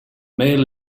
male